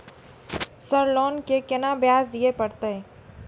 Sir loan के केना ब्याज दीये परतें?